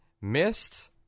missed